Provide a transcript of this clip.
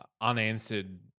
unanswered